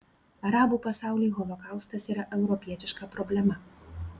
arabų pasauliui holokaustas yra europietiška problema